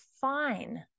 fine